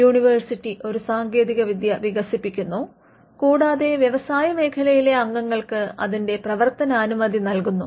university ഒരു സാങ്കേതികവിദ്യ വികസിപ്പിക്കുന്നു കൂടാതെ വ്യവസായ മേഖലയിലെ അംഗങ്ങൾക്ക് അതിന്റെ പ്രവർത്തനാനുമതി നൽകുന്നു